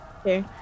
Okay